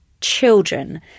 children